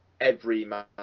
everyman